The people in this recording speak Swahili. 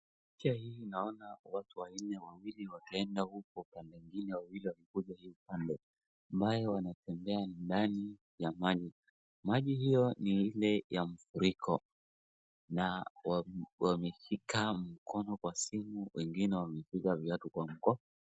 Picha hii naona watu wanne, waawili wakienda huko na wengine wawili wakikuja hivi pande hii, ambayo wanatembea ndani ya maji. Maji hiyo ni ile ya mafuriko na wameshika simu kwa mkono na wengine wameshika viatu kwa mkono.